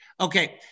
Okay